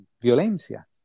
violencia